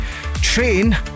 train